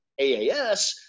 AAS